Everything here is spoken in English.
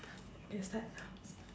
can start now can start